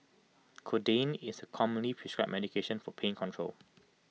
codeine is A commonly prescribed medication for pain control